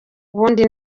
wundi